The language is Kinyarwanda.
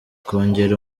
kongera